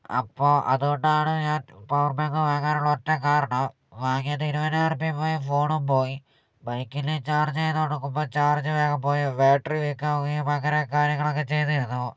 അപ്പോ അതുകൊണ്ടാണ് ഞാൻ പവർ ബാങ്ക് വാങ്ങാനുള്ള ഒറ്റ കാരണം വാങ്ങിയത് ഇരുപതിനായിരം റുപ്പികയും പോയി ഫോണും പോയി ബൈക്കിൽ ചാർജ് ചെയ്ത് കൊണ്ട് നിൽക്കുമ്പോൾ ചാർജ് വേഗം പോയി ബാറ്ററി വീക്കാവുകയും അങ്ങനെ കാര്യങ്ങളൊക്കെ ചെയ്തിരുന്നു